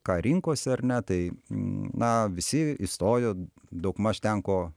ką rinkosi ar ne tai m na visi įstojo daugmaž ten ko